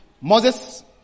Moses